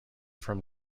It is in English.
from